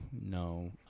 no